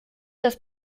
das